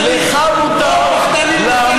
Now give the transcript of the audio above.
תכף אני אציע לך עסקה אחרת.